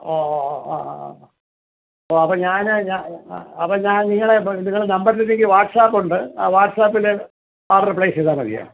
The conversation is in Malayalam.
ആ ആ ആ ആ ആ അപ്പം ഞാൻ ഞാൻ അപ്പം ഞാൻ നിങ്ങളെ നിങ്ങളുടെ നമ്പറിൽ എനിക്ക് വാട്സാപ്പ് ഉണ്ട് ആ വാട്സപ്പിൽ ഓർഡർ പ്ലേസ് ചെയ്താൽ മതിയോ